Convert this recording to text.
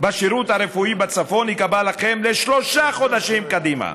בשירות הרפואי בצפון ייקבע לכם לשלושה חודשים קדימה,